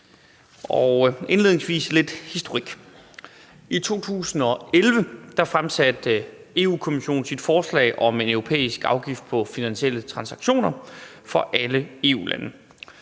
Indledningsvis lidt historik. I 2011 fremsatte Europa-Kommissionen sit forslag om en europæisk afgift på finansielle transaktioner for alle EU-lande.